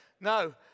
No